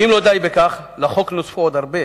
ואם לא די בכך, לחוק נוספו עוד הרבה